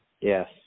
Yes